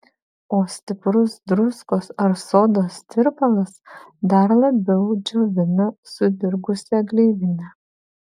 o stiprus druskos ar sodos tirpalas dar labiau džiovina sudirgusią gleivinę